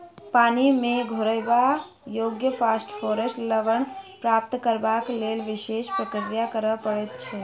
पानि मे घोरयबा योग्य फास्फेट लवण प्राप्त करबाक लेल विशेष प्रक्रिया करय पड़ैत छै